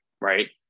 right